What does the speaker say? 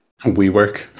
WeWork